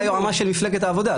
הייתי היועץ המשפטי של מפלגת העבודה,